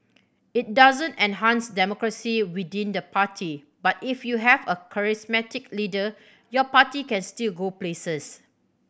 it doesn't enhance democracy within the party but if you have a charismatic leader your party can still go places